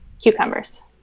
Cucumbers